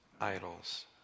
idols